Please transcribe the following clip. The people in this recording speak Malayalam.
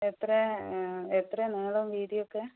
എത്രയാ എത്രയാ നീളവും വീതിയും ഒക്കെ